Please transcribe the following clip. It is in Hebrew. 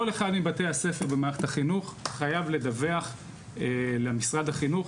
כל אחד מבתי הספר במערכת החינוך חייב לדווח למשרד החינוך